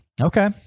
Okay